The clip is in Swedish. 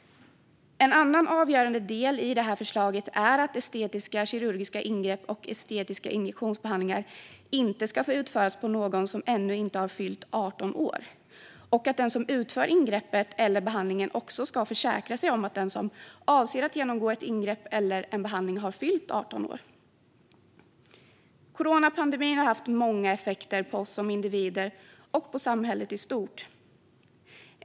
En annan avgörande del i förslaget är att estetiska kirurgiska ingrepp och estetiska injektionsbehandlingar inte ska få utföras på någon som inte har fyllt 18 år och att den som utför ingreppet eller behandlingen också ska försäkra sig om att den som avser att genomgå ett ingrepp eller en behandling har fyllt 18 år. Coronapandemin har haft många effekter på oss som individer och på samhället i stort.